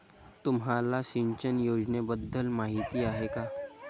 तुम्हाला सिंचन योजनेबद्दल माहिती आहे का?